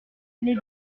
les